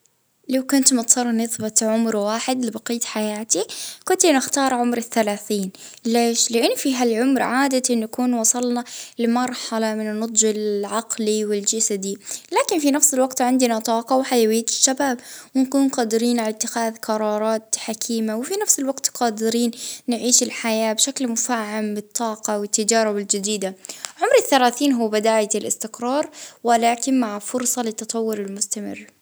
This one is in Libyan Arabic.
العمر اللي نحب نثبته اللي هو عمر خمسة وعشرين، بحس فيه اه العمر فيه قوة والطموح يعني يكون في أعلى مستوياته.